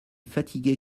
fatiguée